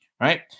right